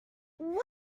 what